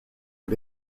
but